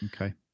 Okay